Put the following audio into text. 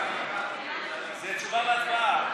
הכנסת עפר שלח,